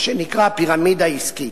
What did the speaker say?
מה שנקרא פירמידה עסקית.